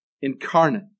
incarnate